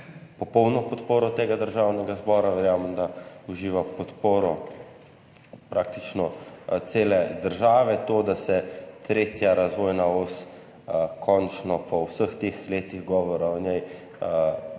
popolno podporo Državnega zbora, verjamem, da uživa podporo praktično cele države. To, da se tretja razvojna os končno, po vseh teh letih govora o njej,